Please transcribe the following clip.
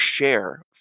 share